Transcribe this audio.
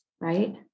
right